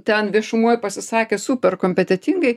ten viešumoj pasisakė super kompetentingai